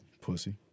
Pussy